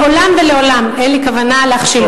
מעולם ולעולם אין לי כוונה להכשיל אותך.